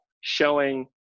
showing